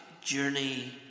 journey